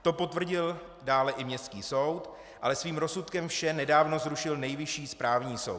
To potvrdil dále i městský soud, ale svým rozsudkem vše nedávno zrušil Nejvyšší správní soud.